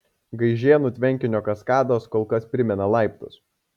gaižėnų tvenkinio kaskados kol kas primena laiptus